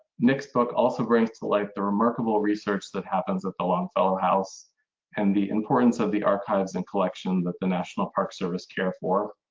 nick's book also brings to life the remarkable research that happened at the longfellow house and the importance of the archives and collection that the national park service care for.